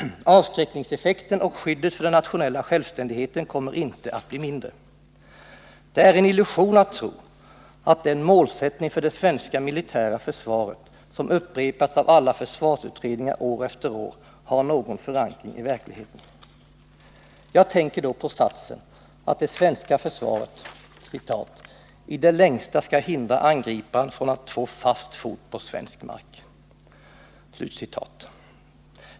Avsk äckningseffekten och skyddet för den nationella självständigheten kommer inte att bli mindre. Det är en illusion att tro, att den målsättning för det svenska militära försvaret som upprepats av alla försvarsutredningar år efter år. har någon förankring i verkligheten. Jag tänker då på satsen att det svenska försvaret ”i det längsta skall hindra angriparen från att få fast fot på svensk mark”.